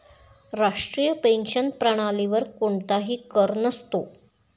राष्ट्रीय पेन्शन प्रणालीवर कोणताही कर नसतो